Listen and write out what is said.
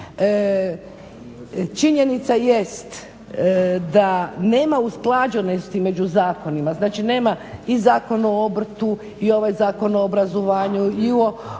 činjenica jest da nama usklađenosti među zakonima, znači nema i Zakon o obrtu i ovaj Zakon o obrazovanju i u